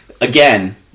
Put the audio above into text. again